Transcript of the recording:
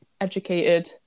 educated